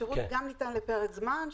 השירות גם ניתן לפרק זמן,